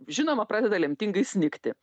žinoma pradeda lemtingai snigti